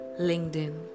LinkedIn